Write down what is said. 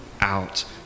out